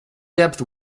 depth